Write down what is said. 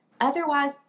otherwise